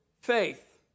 faith